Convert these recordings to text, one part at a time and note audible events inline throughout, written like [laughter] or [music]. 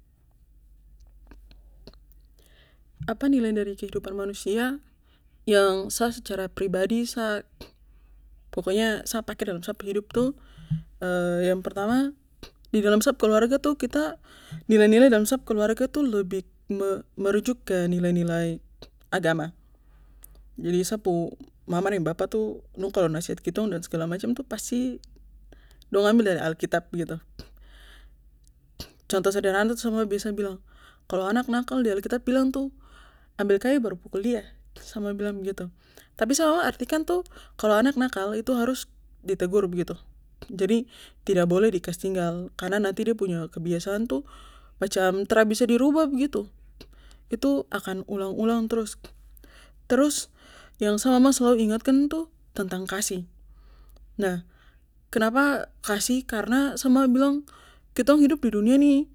[noise] [hesitation] apa nilai dari kehidupan manusia yang sa secara pribadi sa [noise] pokoknya sa pake dalam sa pu hidup tuh [noise] [hesitation] yang pertama [noise] di dalam sa pu keluarga itu kita [noise] nilai nilai dalam sa pu keluarga tuh lebih merujuk ke nilai nilai agama jadi sa pu mama dan bapa tuh dong kalo nasehat kitong dan segala macam tuh pasti dong ambil dari alkitab begitu [noise] contoh sederhana tuh sa mama biasa bilang kalo anak nakal di alkitab bilang tuh ambil kayu baru pukul dia sap mama bilang begitu tapi sa mama artikan tuh kalo anak nakal itu harus ditegur begitu jadi tidak boleh di kas tinggal karna nanti de punya kebiasan tuh macam tra bisa dirubah begitu itu akan ulang ulang trus, trus yang sa mama slalu ingatkan tuh tentang kasih nah kenapa kasih karna sa mama bilang kitong hidup di dunia nih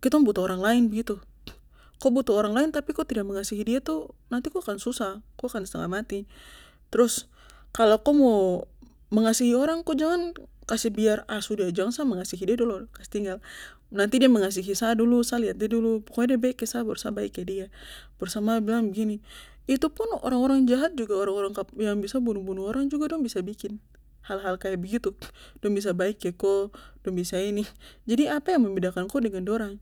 kitong butuh orang lain begitu, ko butuh orang lain tapi ko tidak mengasihi dia tuh nanti ko akan susah ko akan stengah mati trus kalo ko mo mengasihi orang ko jangan kasih biar ah sudah jangan sa mengasihi dia duluan kastinggal nanti de mengasihi sa dulu sa liat dia dulu pokoknya de baik ke sa baru sa baik ke dia baru sa mama bilang begini itupun orang orang jahat juga orang orang yang biasa bunuh bunuh orang juga dong bisa bikin hal hal kaya begitu dong bisa baik ke ko dong bisa ini jadi apa yang membedakan ko dengan dorang